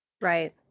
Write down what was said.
Right